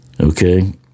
Okay